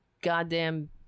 goddamn